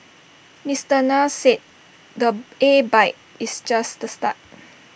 Mister Nair said the A bike is just the start